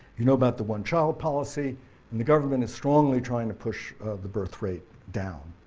you know about the one child policy and the government is strongly trying to push the birthrate down.